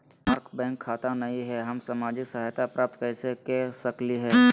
हमार बैंक खाता नई हई, हम सामाजिक सहायता प्राप्त कैसे के सकली हई?